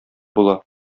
була